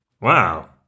Wow